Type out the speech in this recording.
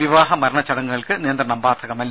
വിവാഹ മരണ ചടങ്ങുകൾക്ക് നിയന്ത്രണം ബാധകമല്ല